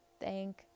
thank